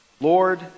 Lord